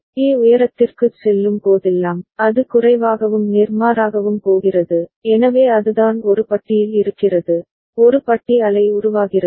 A உயரத்திற்குச் செல்லும் போதெல்லாம் அது குறைவாகவும் நேர்மாறாகவும் போகிறது எனவே அதுதான் ஒரு பட்டியில் இருக்கிறது ஒரு பட்டி அலை உருவாகிறது